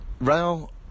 Rail